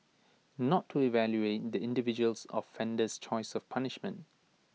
not to evaluate the individuals offender's choice of punishment